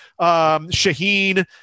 Shaheen